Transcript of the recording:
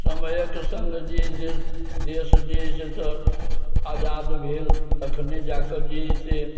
समयक सङ्ग जे अइ से देश जे है से तऽ आजाद भेल तखने जाके जे है से